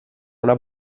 una